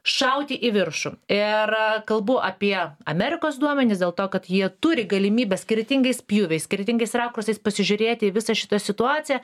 šauti į viršų ir kalbu apie amerikos duomenis dėl to kad jie turi galimybę skirtingais pjūviais skirtingais rakursais pasižiūrėti į visą šitą situaciją